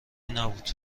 نبود